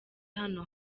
hano